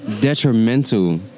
detrimental